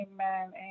Amen